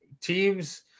teams –